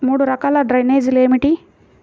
మూడు రకాల డ్రైనేజీలు ఏమిటి?